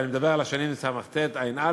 אבל אני מדבר על השנים תשס"ט תשע"א,